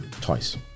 Twice